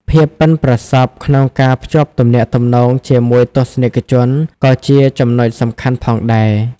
ភាពប៉ិនប្រសប់ក្នុងការភ្ជាប់ទំនាក់ទំនងជាមួយទស្សនិកជនក៏ជាចំណុចសំខាន់ផងដែរ។